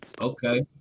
Okay